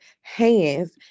hands